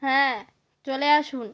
হ্যাঁ চলে আসুন